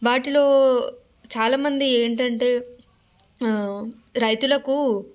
వాటిలో చాలామంది ఏంటంటే రైతులకు